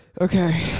Okay